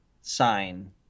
sign